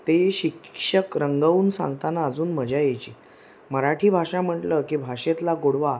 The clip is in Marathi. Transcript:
ते शिक्षक रंगवून सांगताना अजून मजा यायची मराठी भाषा म्हटलं की भाषेतला गोडवा